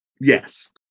Yes